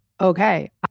okay